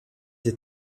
des